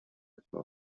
etwa